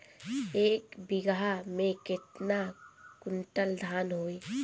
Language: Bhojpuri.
एक बीगहा में केतना कुंटल धान होई?